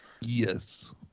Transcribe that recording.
Yes